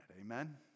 Amen